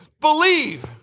Believe